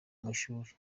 ishuri